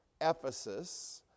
Ephesus